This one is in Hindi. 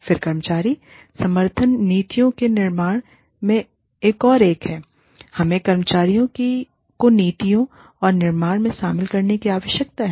फिर कर्मचारी समर्थन नीतियों के निर्माण में एक और एक है हमें कर्मचारियों को नीतियों के निर्माण में शामिल करने की आवश्यकता है